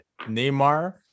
Neymar